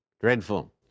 Dreadful